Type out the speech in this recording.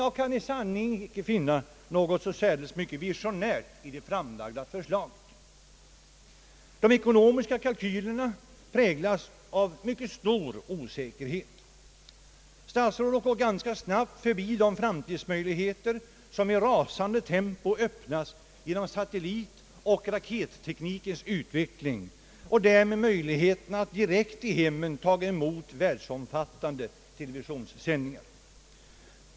Jag kan i sanning inte finna något särdeles mycket visionärt i det framlagda förslaget. De ekonomiska kalkylerna präglas av mycket stor osäkerhet. Statsrådet går ganska snabbt förbi de framtidsmöjligheter som i rasande tempo öppnas genom satellitoch raketteknikens utveckling och därav betingade möjligheter att direkt i hemmen taga emot världsomfattande televisionssändningar.